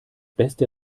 beste